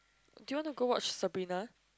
do you want to go watch Sabrina